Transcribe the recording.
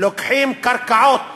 לוקחים קרקעות